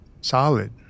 solid